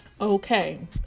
okay